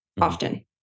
often